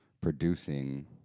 producing